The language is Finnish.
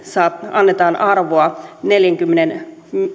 annetaan arvoa neljänkymmenen